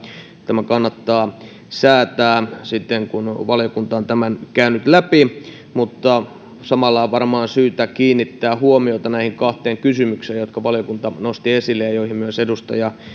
tämä kannattaa säätää sitten kun valiokunta on tämän käynyt läpi mutta samalla on varmaan syytä kiinnittää huomiota näihin kahteen kysymykseen jotka valiokunta nosti esille ja joihin myös edustaja